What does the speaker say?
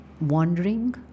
wandering